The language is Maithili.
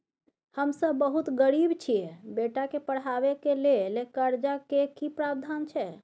हम सब बहुत गरीब छी, बेटा के पढाबै के लेल कर्जा के की प्रावधान छै?